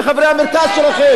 שהם חברי המרכז שלכם.